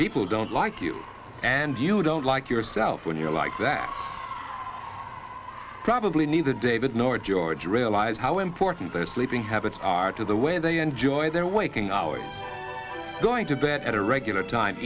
people who don't like you and you don't like yourself when you're like that probably neither david nor george realize how important their sleeping habits are to the way they enjoy their waking hours going to bed at a regular time